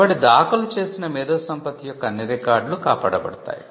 కాబట్టి దాఖలు చేసిన మేధోసంపత్తి యొక్క అన్ని రికార్డులు కాపాడబడతాయి